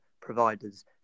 providers